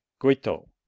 Guito